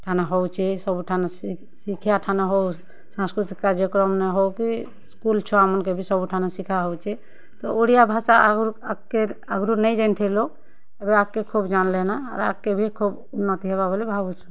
ଠାନ ହେଉଛି ସବୁଠାନ ଶିକ୍ଷା ଠାନ ହଉ ସାଂସ୍କୃତିକ କାର୍ଯ୍ୟକ୍ରମ ହଉ କି ସ୍କୁଲ୍ ଛୁଆମାନକେ ବି ସବୁଠାନେ ଶିଖାହେଉଛି ତ ଓଡ଼ିଆ ଭାଷା ଆଗରୁ ଆଗକେ ଆଗରୁ ନେଇ ଜାଣିଥିଲୁ ଏବେ ଆଗ୍କେ ଖୁବ୍ ଜାଣ୍ ଲେନ ଆର୍ ଆଗ୍କେ ଖୁବ୍ ଉନ୍ନତି ହେବ ବୋଲି ଭାବୁଛୁ